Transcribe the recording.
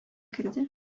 керде